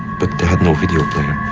but they had no video player.